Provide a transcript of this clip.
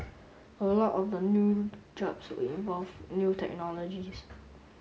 a lot of the new jobs would involve new technologies